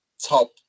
top